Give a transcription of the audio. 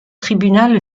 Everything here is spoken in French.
tribunal